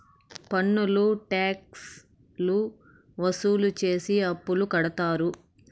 పన్నులు ట్యాక్స్ లు వసూలు చేసి అప్పులు కడతారు